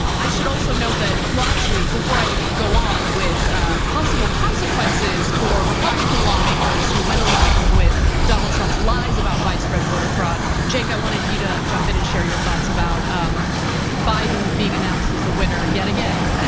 i should also note that well, actually before i go on with possible consequences for republican lawmakers who went along with donald trump's lies about widespread voter fraud. cenk, i wanted you to jump in and share your thoughts about um biden being announced as the winner, yet again,